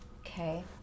okay